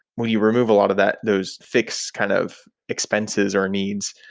when you remove a lot of that, those fixed kind of expenses or needs,